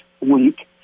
week